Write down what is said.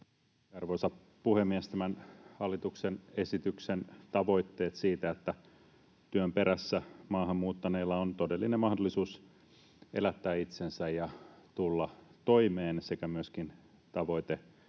Arvoisa puhemies! Tämän hallituksen esityksen tavoitteet siitä, että työn perässä maahan muuttaneilla on todellinen mahdollisuus elättää itsensä ja tulla toimeen, sekä myöskin tavoite